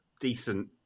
decent